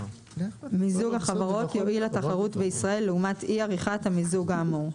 מיזוג החברות יועל לתחרות בישראל לעומת אי עריכת המיזוג האמור.